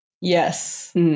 yes